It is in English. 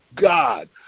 God